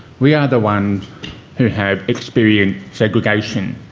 we are the ones who have experienced segregation.